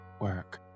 Work